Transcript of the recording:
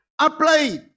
apply